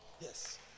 Yes